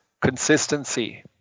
consistency